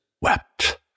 wept